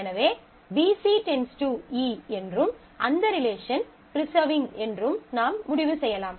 எனவே BC→E என்றும் அந்த ரிலேஷன் ப்ரிசர்விங் preserving என்றும் நாம் முடிவு செய்யலாம்